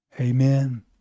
Amen